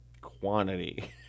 Quantity